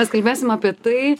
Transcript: mes kalbėsim apie tai